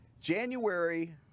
January